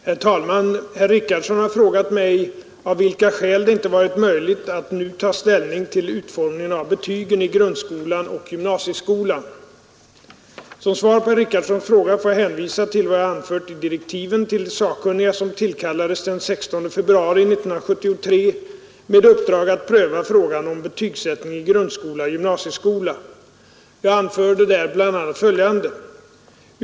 Herr talman! Herr Richardson har frågat mig, av vilka skäl det inte har varit möjligt att nu ta ställning till utformningen av betygen i grundskolan och gymnasieskolan. Som svar på herr Richardsons fråga får jag hänvisa till vad jag anfört i direktiven till de sakkunniga som tillkallades den 16 februari 1973 med uppdrag att pröva frågan om betygsättningen i grundskola och gymnasieskola. Jag anförde där bl.a. följande.